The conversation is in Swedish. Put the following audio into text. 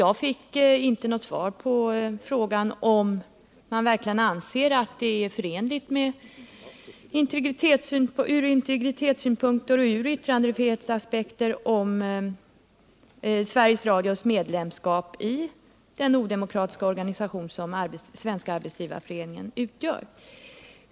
Jag fick inte något svar på frågan, om man anser det vara förenligt med integritet och yttrandefrihet att Sveriges Radio är medlem i den odemokratiska organisation som Svenska arbetsgivareföreningen är.